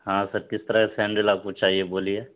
ہاں سر کس طرح کے سینڈل آپ کو چاہیے بولیے